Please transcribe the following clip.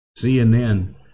CNN